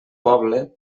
poble